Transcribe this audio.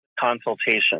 consultation